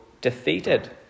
defeated